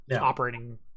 operating